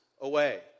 away